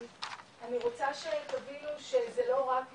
אני רוצה שתבינו שזה לא רק מוקד,